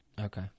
Okay